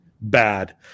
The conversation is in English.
bad